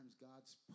God's